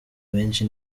benshi